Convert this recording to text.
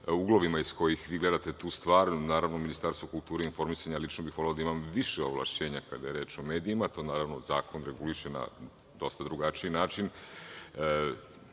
uglovima iz kojih vi gledate tu stvar. Naravno Ministarstvo kulture i informisanja, a lično bih voleo da imam više ovlašćenja kada je reč o medijima, naravno to zakon reguliše na dosta drugačiji način,